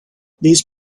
these